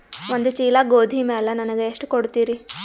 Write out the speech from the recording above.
ಒಂದ ಚೀಲ ಗೋಧಿ ಮ್ಯಾಲ ನನಗ ಎಷ್ಟ ಕೊಡತೀರಿ?